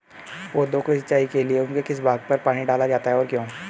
पौधों की सिंचाई के लिए उनके किस भाग पर पानी डाला जाता है और क्यों?